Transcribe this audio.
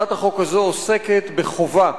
הצעת החוק הזו עוסקת בחובה